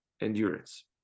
endurance